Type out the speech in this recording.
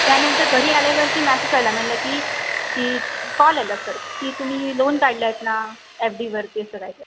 त्यानंतर घरी आल्यावरती मॅसेज आला मला की की कॉल आला सर की तुम्ही लोन काढलं आहेत ना एफ डीवरती असं काही तरी